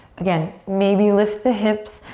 again, maybe lift the hips.